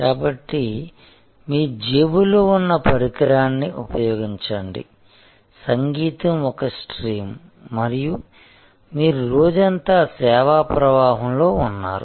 కాబట్టి మీ జేబులో ఉన్న పరికరాన్ని ఉపయోగించండి సంగీతం ఒక స్ట్రీమ్ మరియు మీరు రోజంతా సేవా ప్రవాహంలో ఉన్నారు